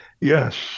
Yes